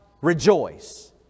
rejoice